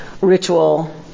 ritual